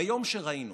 ביום שראינו